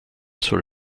soll